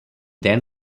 then